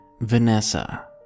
Vanessa